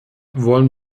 wollen